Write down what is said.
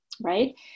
right